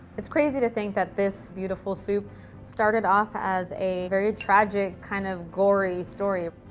it's crazy to think that this beautiful soup started off as a very tragic, kind of gory story.